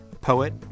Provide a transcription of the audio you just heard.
poet